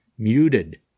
Muted